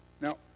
Now